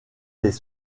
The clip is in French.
les